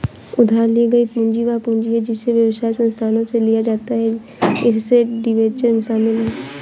उधार ली गई पूंजी वह पूंजी है जिसे व्यवसाय संस्थानों से लिया जाता है इसमें डिबेंचर शामिल हैं